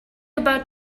about